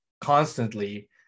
constantly